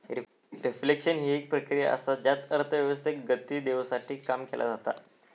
reflection हि एक प्रक्रिया असा ज्यात अर्थव्यवस्थेक गती देवसाठी काम केला जाता